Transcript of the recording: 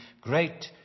Great